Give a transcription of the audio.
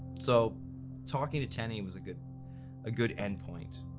so talking to tenney was a good ah good end point,